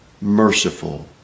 merciful